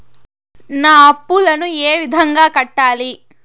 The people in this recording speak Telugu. నా అప్పులను ఏ విధంగా కట్టాలి?